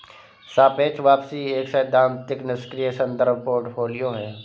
सापेक्ष वापसी एक सैद्धांतिक निष्क्रिय संदर्भ पोर्टफोलियो है